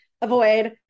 avoid